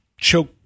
choke